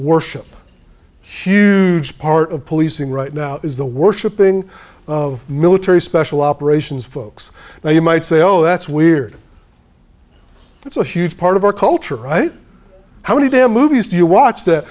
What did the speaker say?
orship huge part of policing right now is the worshipping of military special operations folks now you might say oh that's weird that's a huge part of our culture right how many damn movies do you watch th